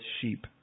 sheep